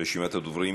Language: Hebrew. לרשימת הדוברים.